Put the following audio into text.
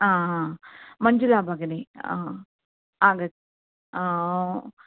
मञ्जुला भगिनि आगच्छ